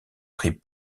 pris